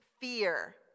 fear